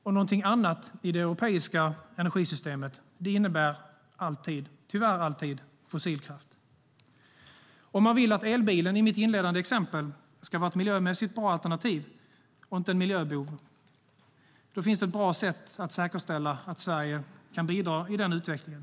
Och "någonting annat" i det europeiska energisystemet innebär tyvärr alltid fossilkraft. Om man vill att elbilen - i mitt inledande exempel - ska vara ett miljömässigt bra alternativ och inte en miljöbov finns det ett bra sätt att säkerställa att Sverige kan bidra i den utvecklingen.